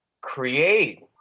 create